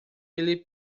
ele